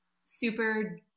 super